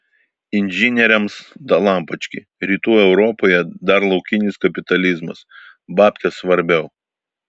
inžinieriams dalampački rytų europoje dar laukinis kapitalizmas babkės svarbiau